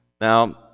Now